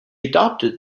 adopted